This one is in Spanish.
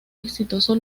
exitoso